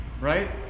Right